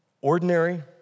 Ordinary